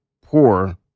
poor